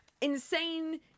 insane